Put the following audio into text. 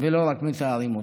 ולא רק מתארים אותה.